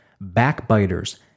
backbiters